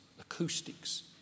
acoustics